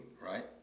right